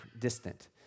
distant